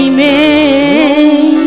Amen